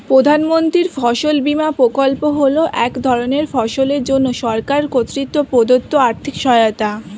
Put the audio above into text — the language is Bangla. প্রধানমন্ত্রীর ফসল বিমা প্রকল্প হল এক ধরনের ফসলের জন্য সরকার কর্তৃক প্রদত্ত আর্থিক সহায়তা